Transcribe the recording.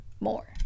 more